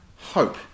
hope